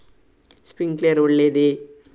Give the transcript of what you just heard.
Sprinkler ಒಳ್ಳೇದೇ?